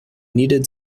needed